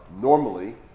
Normally